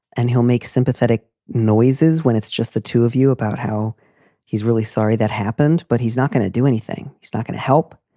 and he'll make sympathetic noises when it's just the two of you about how he's really sorry that happened. but he's not going to do anything. he's not going to help.